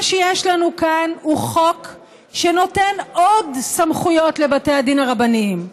מה שיש לנו כאן הוא חוק שנותן עוד סמכויות לבתי הדין הרבניים.